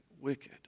wicked